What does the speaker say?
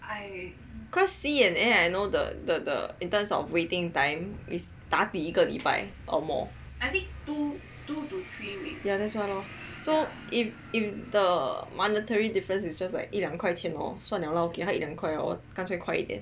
cause sea and air I know the the in terms of waiting time is 打底一个礼拜 or more that's why lor if if the monetary difference is just like 一两块钱 hor 算了 lor 干脆快一点